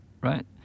Right